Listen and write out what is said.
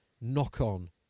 knock-on